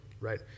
right